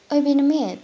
ओए बिनिमित